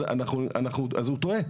אז הוא טועה.